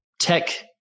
tech